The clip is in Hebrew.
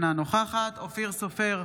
אינה נוכחת אופיר סופר,